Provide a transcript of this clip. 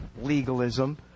legalism